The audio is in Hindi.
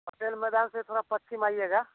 खपड़ेल मैदान से थोड़ा पश्चिम आइएगा